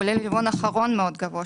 כולל רבעון אחרון מאוד גבוה.